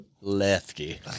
lefty